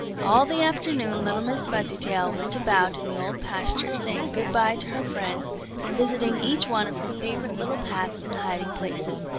all the afternoon little miss fuzzytail went about in the old pasture saying good-by to her friends and visiting each one of her favorite little paths and hiding-places,